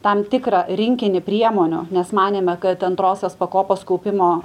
tam tikrą rinkinį priemonių nes manėme kad antrosios pakopos kaupimo